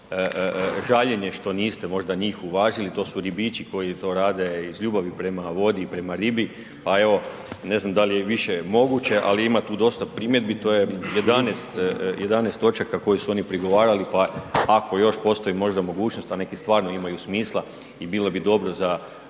malo žaljenje što niste možda njih uvažili, to su ribiči koji to rade iz ljubavi prema vodi i prema ribi. Pa evo ne znam da li je više moguće ali ima tu dosta primjedbi, to je 11 točaka koje su oni prigovarali pa ako još postoji možda mogućnost a neki stvarno imaju smisla i bilo bi dobro za